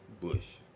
Bush